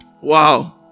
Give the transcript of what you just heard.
Wow